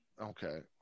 okay